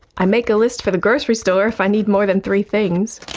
i make a list for the grocery store if i need more than three things,